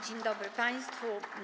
Dzień dobry państwu.